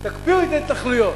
תקפיאו את ההתנחלויות.